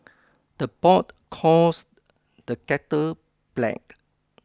the pot calls the kettle black